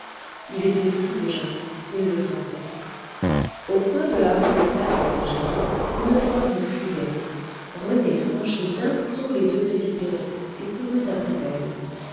il était fou déjà il le sentait au coin de la rue des prêtres saint germain une forme fuyait rené franchit d'un saut les degrés du perron et courut après elle